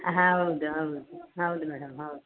ಹಾಂ ಹೌದು ಹೌದು ಹೌದು ಮೇಡಮ್ ಹೌದು